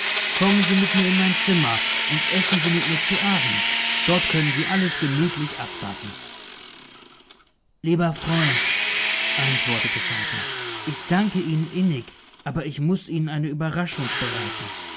kommen sie mit mir in mein zimmer und essen sie mit mir zu abend dort können sie alles gemütlich abwarten lieber freund antwortete saltner ich danke ihnen innig aber ich muß ihnen eine überraschung bereiten